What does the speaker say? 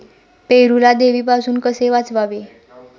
पेरूला देवीपासून कसे वाचवावे?